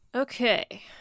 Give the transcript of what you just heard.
Okay